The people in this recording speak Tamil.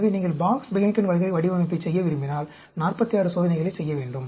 எனவே நீங்கள் பாக்ஸ் பெஹன்கென் வகை வடிவமைப்பைச் செய்ய விரும்பினால் 46 சோதனைகளைச் செய்ய வேண்டும்